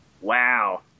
Wow